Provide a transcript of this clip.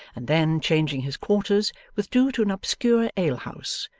and then, changing his quarters, withdrew to an obscure alehouse,